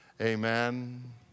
Amen